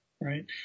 Right